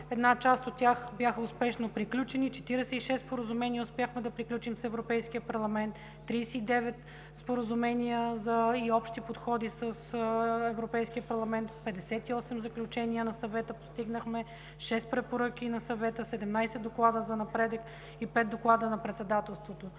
Една част от тях бяха успешно приключени. Четиридесет и шест споразумения успяхме да приключим с Европейския парламент, 39 споразумения и общи подходи с Европейския парламент, 58 заключения на Съвета, постигнахме шест препоръки на Съвета, 17 доклада за напредък и пет доклада на Председателството.